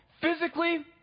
physically